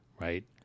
right